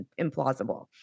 implausible